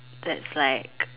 that's like